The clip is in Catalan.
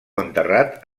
enterrat